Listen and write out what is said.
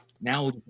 Now